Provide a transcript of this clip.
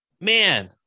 man